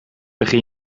begin